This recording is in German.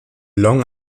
long